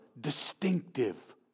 distinctive